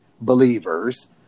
believers